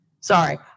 Sorry